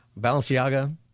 Balenciaga